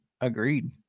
Agreed